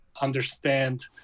understand